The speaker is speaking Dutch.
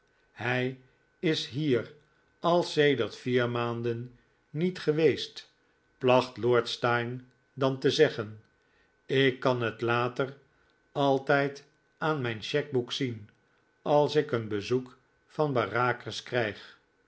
hij is hier al sedert vier maanden niet geweest placht lord steyne dan te zeggen ik kan het later altijd aan mijn cheque boek zien als ik een bezoek van bareacres krijg